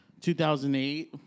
2008